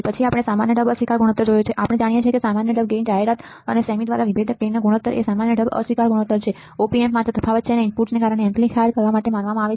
પછી આપણે સામાન્ય ઢબ અસ્વીકાર ગુણોત્તર જોયો છે આપણે જાણીએ છીએ કે સામાન્ય ઢબ ગેઈન જાહેરાત અને સેમી દ્વારા વિભેદક ગેઈનનો ગુણોત્તર એ આપણો સામાન્ય ઢબ અસ્વીકાર ગુણોત્તર છે op amp માત્ર તફાવત અને ઇનપુટ્સને એમ્પ્લીફાય કરવા માટે માનવામાં આવે છે